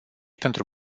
pentru